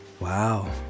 Wow